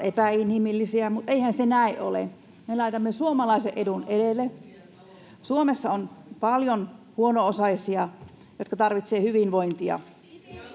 ”epäinhimillisiä”, mutta eihän se näin ole. Me laitamme suomalaisen edun edelle. Suomessa on paljon huono-osaisia, jotka tarvitsevat hyvinvointia.